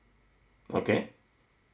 okay